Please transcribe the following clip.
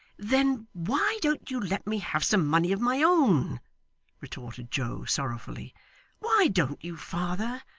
then why don't you let me have some money of my own retorted joe, sorrowfully why don't you, father?